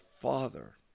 father